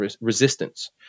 resistance